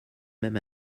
même